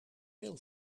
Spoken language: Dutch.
veel